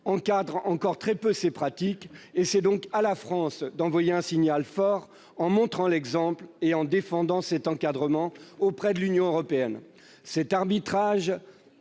encadrent encore peu ces pratiques ; c'est donc à la France d'envoyer un signal fort, en montrant l'exemple et en défendant cet encadrement auprès de l'Union européenne. Cet arbitrage,